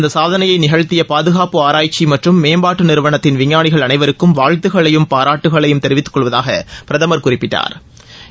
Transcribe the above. இந்த சாதனையை நிகழ்த்திய பாதுகாப்பு ஆராய்ச்சி மற்றும் மேம்பாட்டு நிறுவனத்தின் விஞ்ஞானிகள் அளைவருக்கும் வாழ்த்துகளையும் பாராட்டுகளையும் தெரிவித்துக்கொள்வதாக பிரதம் குறிப்பிட்டாா்